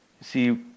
see